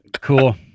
cool